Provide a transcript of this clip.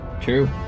true